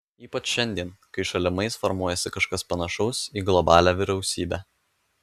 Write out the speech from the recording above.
ypač šiandien kai šalimais formuojasi kažkas panašaus į globalią vyriausybę